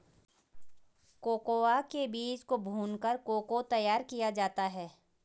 cocoa के बीज को भूनकर को को तैयार किया जाता है